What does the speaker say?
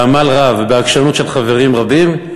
בעמל רב ובעקשנות של חברים רבים,